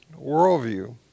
worldview